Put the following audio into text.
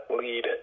lead